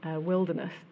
Wilderness